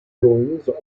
joins